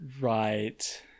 right